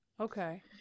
okay